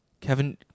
kevin